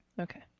Okay